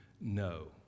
no